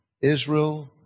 Israel